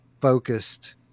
focused